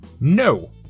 No